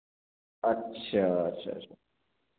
अच्छा अच्छा अच्छा